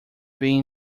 being